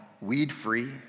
weed-free